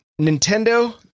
Nintendo